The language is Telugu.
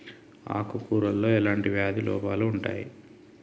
ఆకు కూరలో ఎలాంటి వ్యాధి లోపాలు ఉంటాయి?